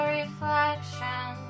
reflection